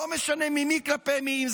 לא משנה מי כלפי מי,